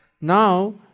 Now